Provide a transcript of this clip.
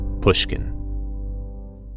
Pushkin